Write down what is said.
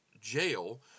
Jail